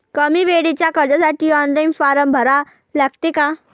कमी वेळेच्या कर्जासाठी ऑनलाईन फारम भरा लागते का?